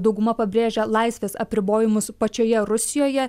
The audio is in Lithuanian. dauguma pabrėžė laisvės apribojimus pačioje rusijoje